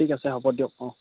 ঠিক আছে হ'ব দিয়ক অঁ